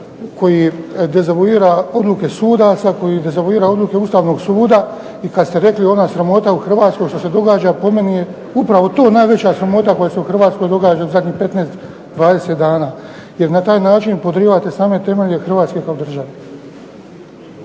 koji dezavuira odluke suda, koji dezavuira odluke Ustavnog suda. I kad ste rekli ona sramota u Hrvatskoj što se događa po meni je upravo to najveća sramota koja se u Hrvatskoj događa u zadnjih 15, 20 dana jer na taj način podrivate same temelje Hrvatske kao države.